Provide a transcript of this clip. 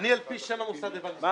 על פי שם המוסד,